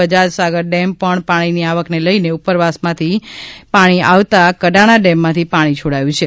Bajaj Sagar dam પણ પાણી ની આવક ને લઈ ઉપરવાસમાંથી પાણીની આવક થતા કડાણા ડેમમાંથી પાણી છોડાયું છે